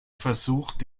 versucht